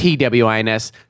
TWINS